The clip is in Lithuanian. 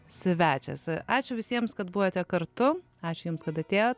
svečias ačiū visiems kad buvote kartu ačiū jums kad atėjot